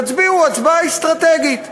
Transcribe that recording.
תצביעו הצבעה אסטרטגית,